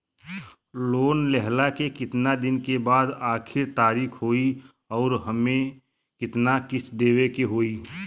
Loan लेहला के कितना दिन के बाद आखिर तारीख होई अउर एमे कितना किस्त देवे के होई?